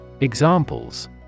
Examples